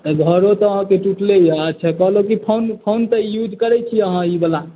तऽ घरो तऽ अहाँके टुटले यऽ अच्छा कहलहुँ कि फोन फोन तऽ युज करै छी अहाँ ई वाला